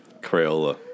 Crayola